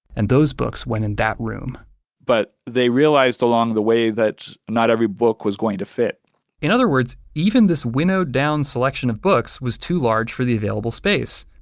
and those books went in that room but they realized along the way that not every book was going to fit in other words, even this winnowed down selection of books was too large for the available space.